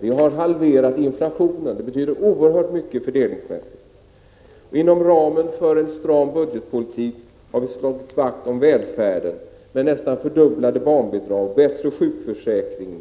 Vi har halverat inflationen. Fördelningsmässigt betyder det oerhört mycket. Inom ramen för en stram budgetpolitik har vi slagit vakt om välfärden med nästan fördubblade barnbidrag och med förbättrad sjukförsäkring,